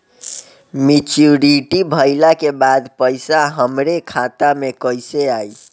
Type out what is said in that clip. Maturity भईला के बाद पईसा हमरे खाता में कइसे आई?